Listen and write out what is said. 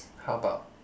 how about